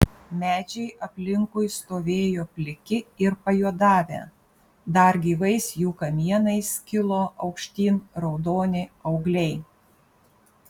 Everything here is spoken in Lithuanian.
medžiai aplinkui stovėjo pliki ir pajuodavę dar gyvais jų kamienais kilo aukštyn raudoni augliai